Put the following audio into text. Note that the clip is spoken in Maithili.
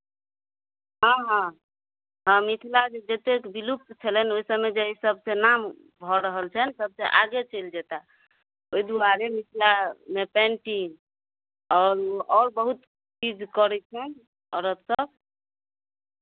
हँ हँ हँ मिथिला जे जतेक विलुप्त छलनि ओहि समय जे ई सभके नाम भऽ रहल छनि सभसँ आगे चलि जेता ओहि दुआरे मिथिलामे पेन्टिङ्ग आओर आओर बहुत चीज करै छनि औरतसभ